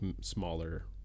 smaller